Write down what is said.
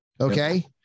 okay